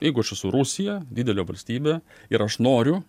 jeigu aš esu rusija didelė valstybė ir aš noriu